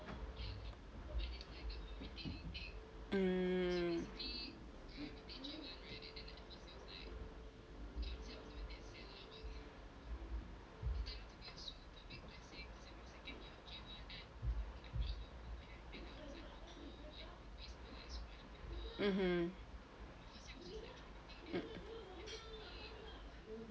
mm mmhmm